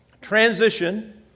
Transition